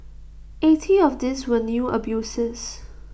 eighty of these were new abusers